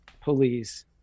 police